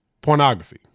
Pornography